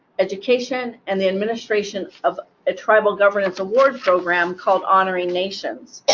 education, and the administrations of a tribal governance award program called honoring nations.